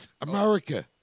America